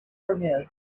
pyramids